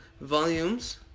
volumes